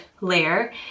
layer